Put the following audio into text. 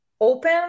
open